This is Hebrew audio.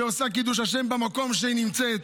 שעושה קידוש השם במקום שהיא נמצאת,